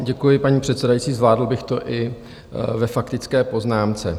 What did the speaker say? Děkuji, paní předsedající, zvládl bych to i ve faktické poznámce.